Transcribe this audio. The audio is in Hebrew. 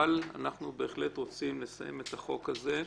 אבל אנחנו בהחלט רוצים לסיים את החוק הזה,